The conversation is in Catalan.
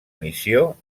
missió